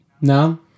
No